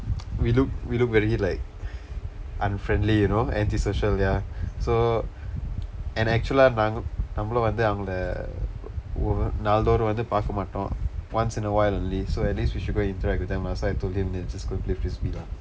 we look we look very like unfriendly you know anti social ya so and actual ah நாங்க நம்மளும் வந்து அவங்க நாள்தோறும் வந்து பார்க்க மாட்டும் :naangka nammalum vandthu avangka naalthoorum vandthu paarkka maatdum once in a while only so at least we should go and interact with them lah so I told him dey let's just go play frisbee lah